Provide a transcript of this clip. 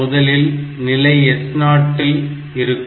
முதலில் நிலை S0 இல் இருக்கும்